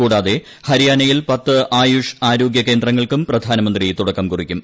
കൂടാതെ ഹരിയാനയിൽ പത്ത് ആയുഷ്ട് ആരോഗ്യ കേന്ദ്രങ്ങൾക്കും പ്രധാനമന്ത്രി തുടക്കം കുറിക്കും